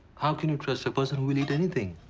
how can you trust a person who will eat anything?